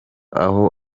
aho